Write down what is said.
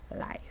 life